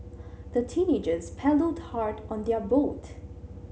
the teenagers paddled hard on their boat